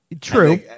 True